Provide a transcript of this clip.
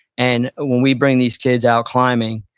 and when we bring these kids out climbing,